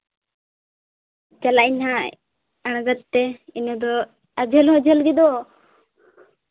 ᱪᱟᱞᱟᱜ ᱟᱹᱧ ᱦᱟᱸᱜ ᱟᱬᱜᱟᱛ ᱛᱮ ᱟᱫᱚ ᱡᱷᱟᱹᱞ ᱦᱚᱸ ᱡᱷᱟᱹᱞ ᱜᱮᱫᱚ